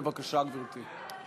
בבקשה, גברתי.